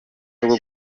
rwo